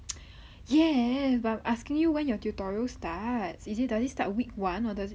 yes but I'm asking you when your tutorials start is it does it start week one or the